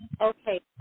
Okay